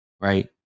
right